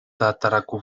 tataraku